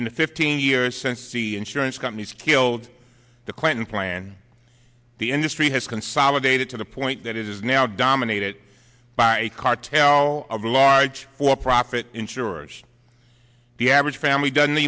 in the fifteen years since see insurance companies killed the clinton plan the industry has consolidated to the point that it is now dominated by a cartel of large for profit insurers the average family doesn't